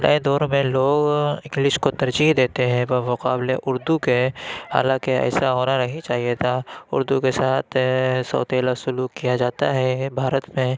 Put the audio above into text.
نئے دور میں لوگ انگلش کو ترجیح دیتے ہیں بمقابلے اُردو کے حالانکہ ایسا ہونا نہیں چاہیے تھا اُردو کے ساتھ سوتیلا سلوک کیا جاتا ہے بھارت میں